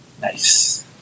Nice